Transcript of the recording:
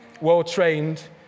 well-trained